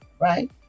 right